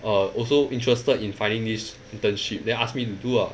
err also interested in finding this internship then ask me to do ah